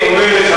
אני מעולם,